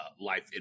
life